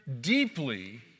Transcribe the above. deeply